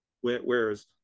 Whereas